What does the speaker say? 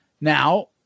now